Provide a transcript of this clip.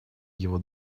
его